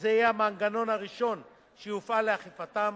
שזה יהיה המנגנון הראשון שיופעל לאכיפתן.